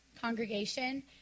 congregation